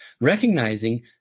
recognizing